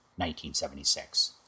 1976